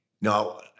no